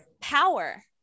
power